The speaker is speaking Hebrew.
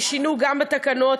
ששינו גם בתקנות,